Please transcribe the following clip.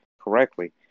correctly